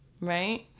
Right